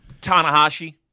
Tanahashi